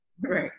Right